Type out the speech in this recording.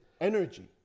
energy